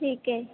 ਠੀਕ ਹੈ